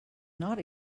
not